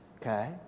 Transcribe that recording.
Okay